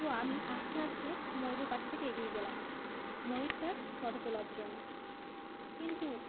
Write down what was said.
তো আমি আস্তে আস্তে ময়ূরের পাশে থেকে এগিয়ে গেলাম ময়ূরটার ফোটো তোলার জন্য কিন্তু